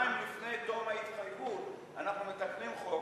יומיים לפני תום ההתחייבות אנחנו מתקנים חוק